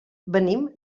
venim